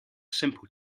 simple